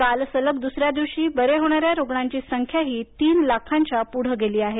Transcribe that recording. काल सलग द्सऱ्या दिवशी बरे होणाऱ्यांची संख्याही तीन लाखांच्या पुढं गेली आहे